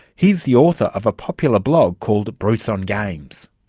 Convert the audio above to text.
he's the author of a popular blog called bruce on games.